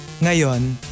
Ngayon